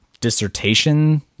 dissertation